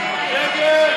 ההסתייגות (259)